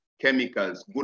chemicals